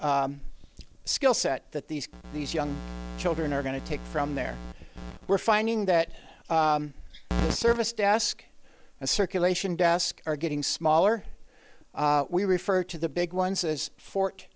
skill set that these these young children are going to take from there we're finding that the service desk and circulation desk are getting smaller we refer to the big ones as fort